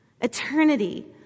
Eternity